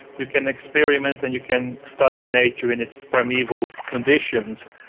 you can experiment and you can study nature in its primeval conditions.